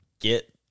get